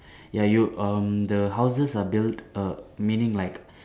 ya you um the houses are built uh meaning like